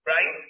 Right